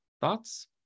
Thoughts